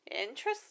Interesting